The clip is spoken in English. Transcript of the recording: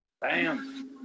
Bam